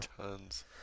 tons